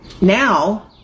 now